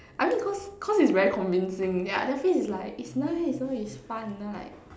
I mean cause cause it's very convincing yeah their face is like it's nice you know it's fun right